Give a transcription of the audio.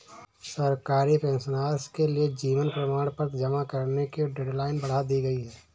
सरकारी पेंशनर्स के लिए जीवन प्रमाण पत्र जमा करने की डेडलाइन बढ़ा दी गई है